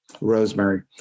Rosemary